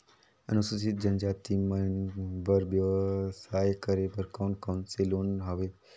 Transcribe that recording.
अनुसूचित जनजाति मन बर व्यवसाय करे बर कौन कौन से लोन हवे?